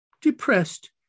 depressed